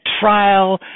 trial